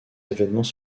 événements